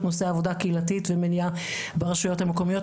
נושא העבודה הקהילתית ומניעה ברשויות המקומיות.